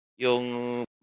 Yung